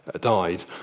died